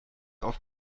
auf